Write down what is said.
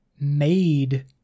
made